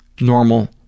normal